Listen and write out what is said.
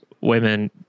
women